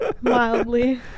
Mildly